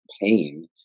pain